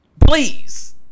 please